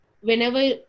Whenever